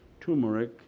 Turmeric